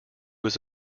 was